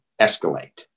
escalate